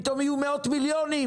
פתאום יהיו מאות מיליונים,